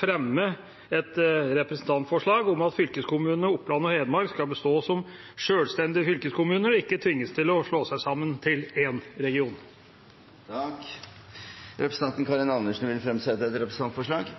fremme et representantforslag om at fylkeskommunene Oppland og Hedmark skal bestå som selvstendige fylkeskommuner og ikke tvinges til å slå seg sammen til én region. Representanten Karin Andersen vil fremsette et representantforslag.